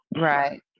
Right